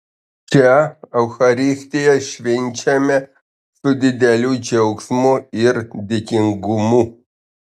šią eucharistiją švenčiame su dideliu džiaugsmu ir dėkingumu